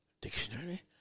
dictionary